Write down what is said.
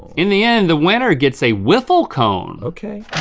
in the end, the winner gets a wiffle cone. okay.